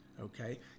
okay